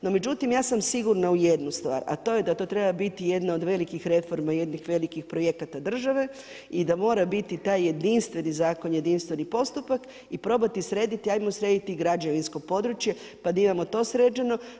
No međutim, ja sam sigurna u jednu stvar, a to je da to treba biti jedna od velikih reforma, jednih velikih projekata države i da mora biti taj jedinstveni zakon, jedinstveni postupak i probati srediti, hajmo srediti i građevinsko područje pa da imamo to sređeno.